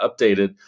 updated